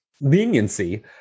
leniency